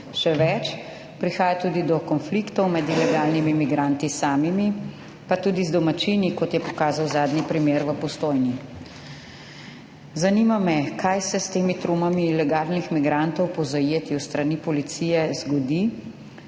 Še več, prihaja tudi do konfliktov med ilegalnimi migranti samimi, pa tudi z domačini, kot je pokazal zadnji primer v Postojni. Zanima me: Kaj se zgodi s temi trumami ilegalnih migrantov po zajetju s strani policije,